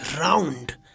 round